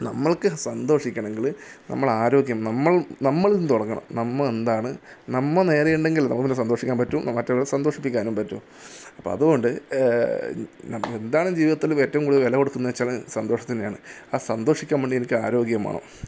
നമുക്ക് സന്തോഷിക്കണമെങ്കിൽ നമ്മളുടെ ആരോഗ്യം നമ്മൾ നമ്മളിന്ന് തുടങ്ങണം നമ്മൾ എന്താണ് നമ്മൾ നേരെ ഉണ്ടെങ്കിൽ നമുക്ക് സന്തോഷിക്കാൻ പറ്റു മറ്റുള്ളവരെ സന്തോഷിപ്പിക്കാനും പറ്റു അപ്പം അതുകൊണ്ട് എന്താണ് ജീവിതത്തിൽ ഏറ്റവും കൂടുതൽ വില കൊടുക്കുന്നു വെച്ചാൽ സന്തോഷത്തിനു തന്നെയാണ് സന്തോഷിക്കാൻ വേണ്ടി എനിക്കാരോഗ്യം വേണം